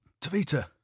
Tavita